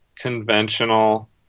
Conventional